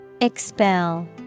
expel